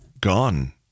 gone